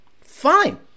Fine